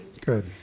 Good